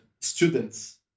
students